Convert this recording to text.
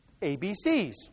ABCs